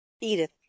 Edith